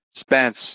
Spence